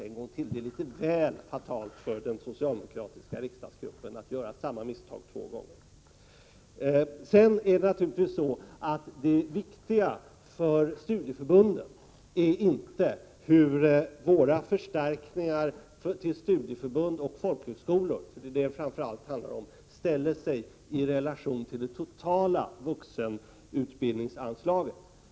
Det är litet väl fatalt för den socialdemokratiska riksdagsgruppen att samma misstag görs två gånger. Det viktiga för studieförbunden är naturligtvis inte hur våra förstärkningar till studieförbund och folkhögskolor — det är ju vad det framför allt handlar om -— ställer sig i relation till det totala vuxenutbildningsanslaget.